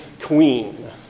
queen